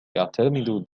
يعتمد